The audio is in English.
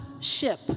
ship